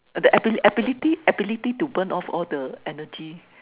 that abili~ ability ability to burn off all the energy